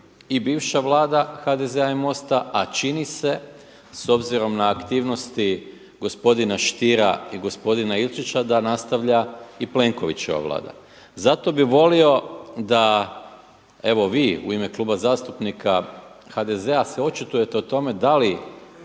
i bivša vlada HDZ-a i MOST-a, a čini se s obzirom na aktivnosti gospodina Stiera i gospodina Ilčića da nastavlja i Plenkovićeva Vlada. Zato bi volio da evo vi u ime Kuba zastupnika HDZ-a se očitujete o tome da li